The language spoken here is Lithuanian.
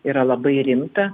yra labai rimta